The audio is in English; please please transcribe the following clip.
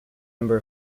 number